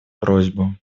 просьбу